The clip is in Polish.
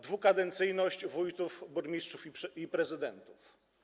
Dwukadencyjność wójtów, burmistrzów i prezydentów.